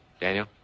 Daniel